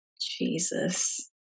Jesus